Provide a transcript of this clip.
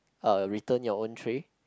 uh return your own tray